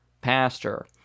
pastor